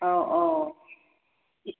औ औ